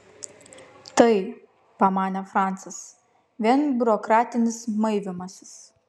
tai pamanė francis vien biurokratinis maivymasis